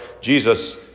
Jesus